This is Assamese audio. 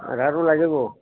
আধাৰটো লাগিব